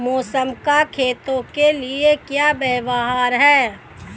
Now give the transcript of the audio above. मौसम का खेतों के लिये क्या व्यवहार है?